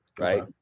right